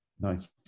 Nice